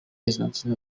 argentine